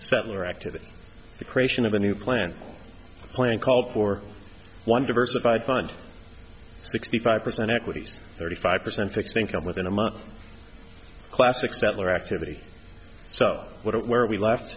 settler activity the creation of a new plan plan called for one diversified fund sixty five percent equities thirty five percent fixed income within a month classic settler activity so what where we left